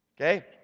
okay